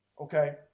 okay